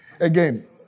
Again